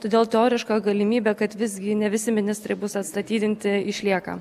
todėl teoriška galimybė kad visgi ne visi ministrai bus atstatydinti išlieka